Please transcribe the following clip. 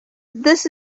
this